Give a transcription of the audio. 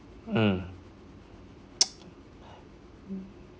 hmm